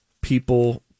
people